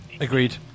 agreed